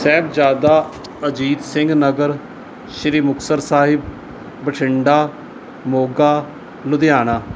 Sahibzada Ajit Singh Nagar Shri Muktsar Sahib Bathinda Moga Ludhiana